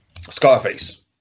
Scarface